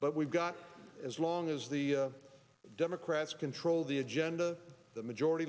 but we've got as long as the democrats control the agenda the majority